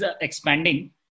expanding